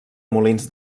molins